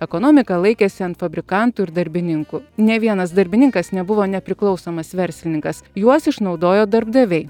ekonomika laikėsi ant fabrikantų ir darbininkų ne vienas darbininkas nebuvo nepriklausomas verslininkas juos išnaudojo darbdaviai